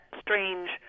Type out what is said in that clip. strange